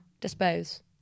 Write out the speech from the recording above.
dispose